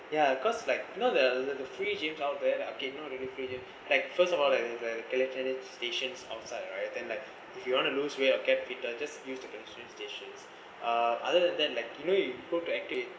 ya cause like you know the the free gyms out there like okay not really free gyms like first of all like stations outside right then like if you want to lose weight or kept fitted just use the stations uh other than like you know you go to arcade